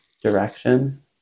direction